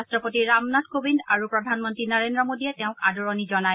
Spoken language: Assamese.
ৰাষ্ট্ৰপতি ৰামনাথ কোবিন্দ আৰু প্ৰধানমন্ত্ৰী নৰেন্দ্ৰ মোদীয়ে তেওঁক আদৰণি জনায়